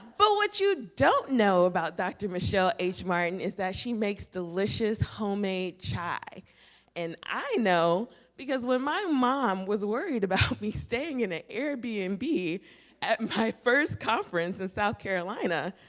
but what you don't know about. dr. michelle h martin is that she makes delicious? homemade chai and i know because when my mom was worried about me staying in an air b and b at my first conference in south carolina,